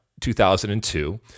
2002